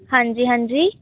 ਹਾਂਜੀ ਹਾਂਜੀ